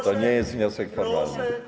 To nie jest wniosek formalny.